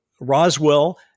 Roswell